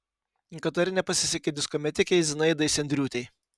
katare nepasisekė disko metikei zinaidai sendriūtei